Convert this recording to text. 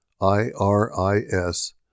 I-R-I-S